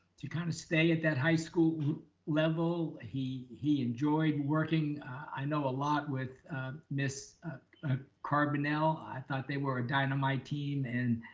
to kind of stay at that high school level. he he enjoyed working. i know a lot with miss ah carbonell. i thought they were a dynamite team and